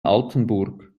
altenburg